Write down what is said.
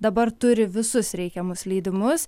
dabar turi visus reikiamus leidimus